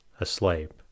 asleep